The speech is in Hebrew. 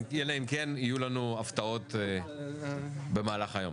אלא אם כן יהיו לנו הפתעות במהלך היום.